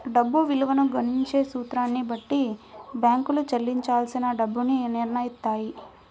డబ్బు విలువను గణించే సూత్రాన్ని బట్టి బ్యేంకులు చెల్లించాల్సిన డబ్బుని నిర్నయిత్తాయి